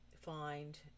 find